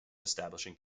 establishing